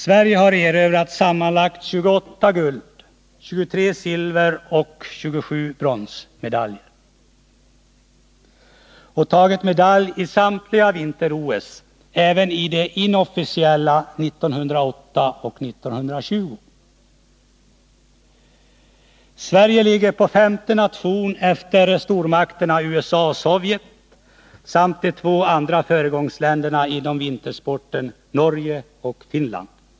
Sverige har erövrat sammanlagt 28 guld-, 23 silveroch 27 bronsmedaljer och tagit medalj i samtliga vinter-OS, även i de inofficiella 1908 och 1920. Sverige ligger på femte plats efter stormakterna USA och Sovjet samt de två andra föregångsländerna inom vintersporten Norge och Finland.